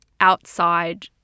outside